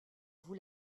vous